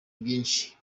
byinshi